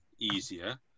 easier